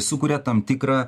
sukuria tam tikrą